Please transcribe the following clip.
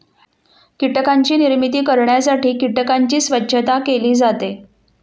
कीटकांची निर्मिती करण्यासाठी कीटकांची स्वच्छता केली जाते